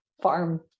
Farm